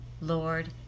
Lord